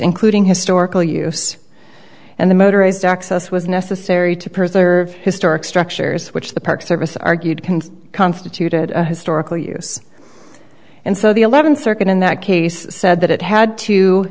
including historical use and the motorized access was necessary to preserve historic structures which the park service argued can constituted historical use and so the eleventh circuit in that case said that it had to